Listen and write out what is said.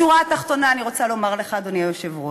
בשורה התחתונה אני רוצה לומר לך, אדוני היושב-ראש,